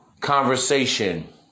conversation